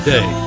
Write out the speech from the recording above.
Day